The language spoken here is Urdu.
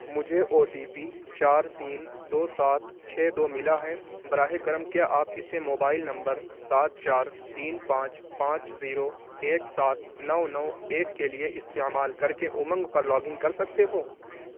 مجھے او ٹی پی چار تین دو سات چھ دو ملا ہے براہ کرم کیا آپ اسے موبائل نمبر سات چار تین پانچ پانچ زیرو ایک سات نو نو ایک کے لیے استعمال کر کے امنگ پر لاگ ان کر سکتے ہو